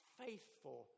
faithful